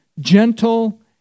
gentle